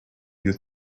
you